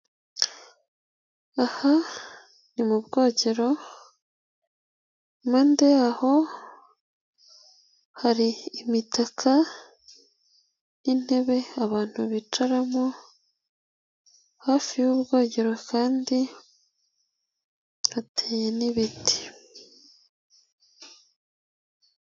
Aha ni mu bwogero, impande yaho hari imitaka n'intebe abantu bicaramo, hafi y'ubu ubwogero kandi hateye n'ibiti.